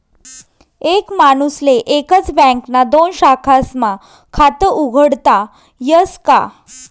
एक माणूसले एकच बँकना दोन शाखास्मा खातं उघाडता यस का?